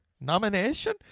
nomination